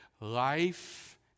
Life